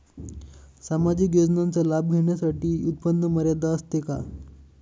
सामाजिक योजनांचा लाभ घेण्यासाठी उत्पन्न मर्यादा असते का?